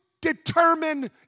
determine